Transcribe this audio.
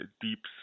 deep